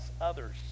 others